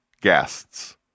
guests